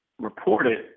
reported